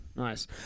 Nice